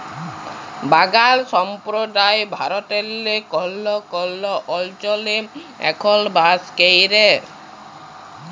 বাগাল সম্প্রদায় ভারতেল্লে কল্হ কল্হ অলচলে এখল বাস ক্যরে